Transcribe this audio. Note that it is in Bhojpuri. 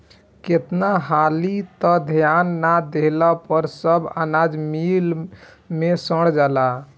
केतना हाली त ध्यान ना देहला पर सब अनाज मिल मे सड़ जाला